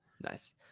Nice